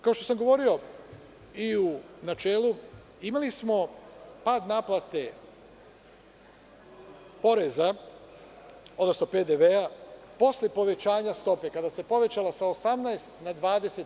Kao što sam govorio i u načelu, imali smo pad naplate poreza, odnosno PDV posle povećanja stope, kada se povećala sa 18% na 20%